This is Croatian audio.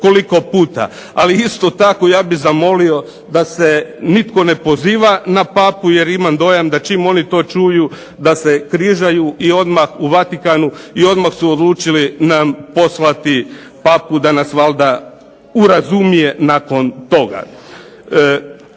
Ali isto tako ja bih zamoli da se nitko ne poziva na Papu jer imam dojam da čim oni to čuju da se križaju i odmah u Vatikanu i odmah su nam odlučili poslati Papu da nas valjda urazumije nakon toga.